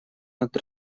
над